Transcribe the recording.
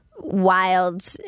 wild